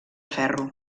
ferro